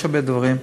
יש הרבה דברים,